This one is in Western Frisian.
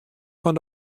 fan